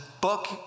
book